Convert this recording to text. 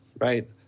right